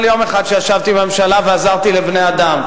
יום אחד שישבתי בממשלה ועזרתי לבני-אדם.